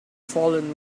fallen